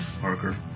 Parker